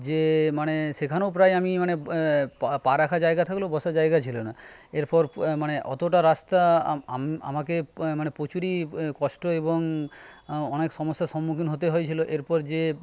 যে মানে সেখানেও প্রায় আমি মানে পা রাখার জায়গা থাকলেও বসার জায়গা ছিলোনা এরপর মানে অতটা রাস্তা আমাকে মানে প্রচুরই কষ্ট এবং অনেক সমস্যার সম্মুখীন হতে হয়েছিল এরপর যেয়ে